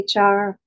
HR